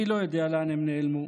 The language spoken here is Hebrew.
אני לא יודע לאן הם נעלמו.